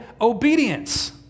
obedience